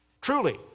truly